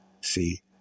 See